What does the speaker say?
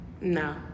No